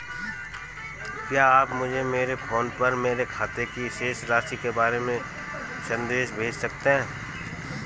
क्या आप मुझे मेरे फ़ोन पर मेरे खाते की शेष राशि के बारे में संदेश भेज सकते हैं?